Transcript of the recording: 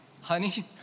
Honey